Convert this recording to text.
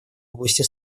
области